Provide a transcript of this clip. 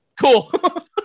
cool